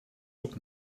zoek